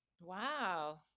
Wow